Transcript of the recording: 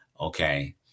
okay